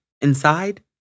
inside